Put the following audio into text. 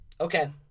okay